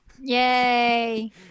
Yay